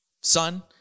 Son